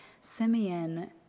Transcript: Simeon